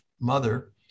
mother